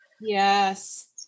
Yes